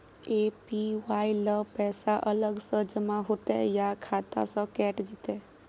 APY ल पैसा अलग स जमा होतै या खाता स कैट जेतै?